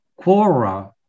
Quora